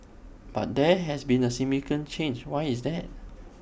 but there has been A significant change why is that